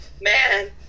man